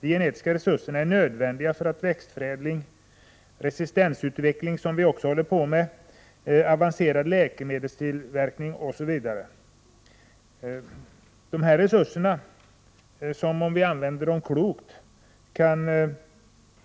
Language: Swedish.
De är nödvändiga för växtförädling, resistensutveckling, som vi också håller på med, avancerad läkemedelstillverkning osv. Dessa resurser kan, om vi använder dem klokt,